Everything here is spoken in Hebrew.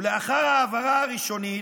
לאחר ההעברה הראשונית,